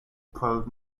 pros